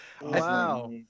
wow